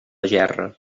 gerra